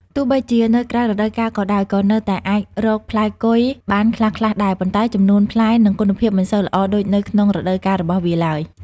ទោះបីជានៅក្រៅរដូវកាលក៏ដោយ ក៏នៅតែអាចរកផ្លែគុយបានខ្លះៗដែរ ប៉ុន្តែចំនួនផ្លែ និងគុណភាពមិនសូវល្អដូចនៅក្នុងរដូវកាលរបស់វាឡើយ។